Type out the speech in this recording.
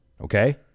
okay